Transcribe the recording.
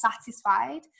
satisfied